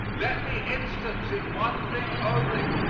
let me instance in one thing only.